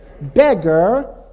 Beggar